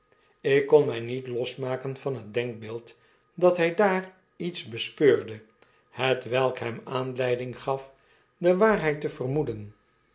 ik kon mg niet losmaken van het denkbeeld dat hi daar iets bespeurde hetwelk hemaanleiding gaf de waarheid tevermoeden